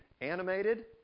animated